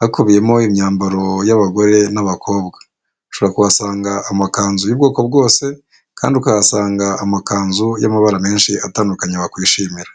hakubiyemo imyambaro y'abagore n'abakobwa ushobora kuhasanga amakanzu y'ubwoko bwose, kandi ukahasanga amakanzu y'amabara menshi atandukanye wakwishimira.